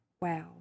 Wow